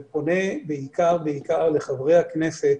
אני פונה בעיקר, בעיקר, לחברי הכנסת